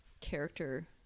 character